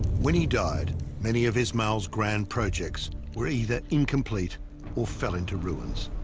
when he died many of ismael's grand projects were either incomplete or fell into ruins